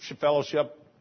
fellowship